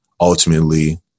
ultimately